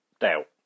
doubt